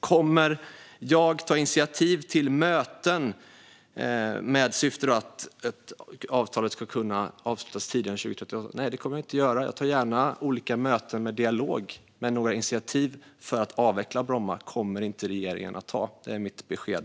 Kommer jag att ta initiativ till möten med syfte att avtalet ska kunna avslutas tidigare än 2038? Nej, det kommer jag inte att göra. Jag tar gärna olika möten med dialog, men några initiativ för att avveckla Bromma flygplats kommer inte regeringen att ta. Det är mitt besked.